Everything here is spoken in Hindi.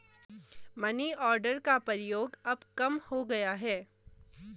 मनीआर्डर का प्रयोग अब कम हो गया है